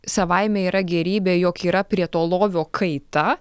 savaime yra gėrybė jog yra prie to lovio kaita